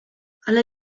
ale